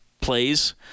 plays